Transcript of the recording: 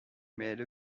made